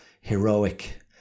heroic